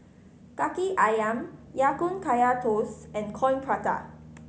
Kaki Ayam Ya Kun Kaya Toast and Coin Prata